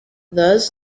thus